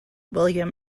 william